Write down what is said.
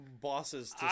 bosses